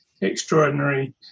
extraordinary